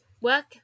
work